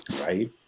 right